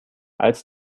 als